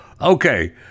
okay